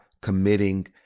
committing